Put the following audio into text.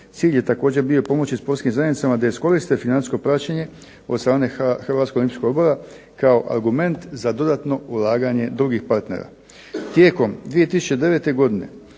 Cilj je također bio pomoći sportskim zajednicama da iskoriste financijsko praćenje od strane Hrvatskog olimpijskog odbora, kao argument za dodatno ulaganje drugih partnera. Tijekom 2009. godine